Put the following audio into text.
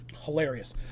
Hilarious